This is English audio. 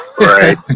Right